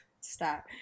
stop